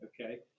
okay